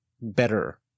better